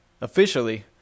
officially